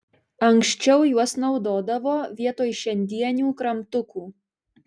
anksčiau juos naudodavo vietoj šiandienių kramtukų